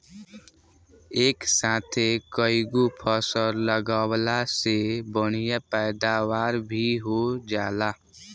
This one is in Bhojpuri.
एक साथे कईगो फसल लगावला से बढ़िया पैदावार भी हो जाला